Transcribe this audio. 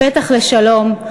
הפתח לשלום,